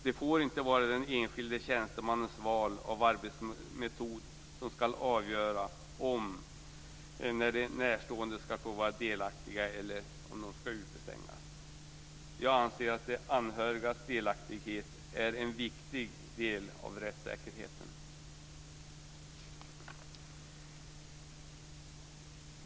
Det får inte vara den enskilde tjänstemannens val av arbetsmetod som ska avgöra om de närstående ska få vara delaktiga eller om de ska utestängas. Jag anser att de anhörigas delaktighet är en viktig del av rättssäkerheten.